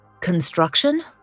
construction